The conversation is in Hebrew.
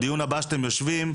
בדיון הבא שאתם יושבים,